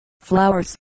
flowers